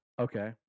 Okay